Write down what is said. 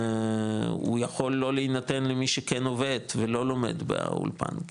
הוא יכול לא להינתן למי שכן עובד ולא לומד באולפן,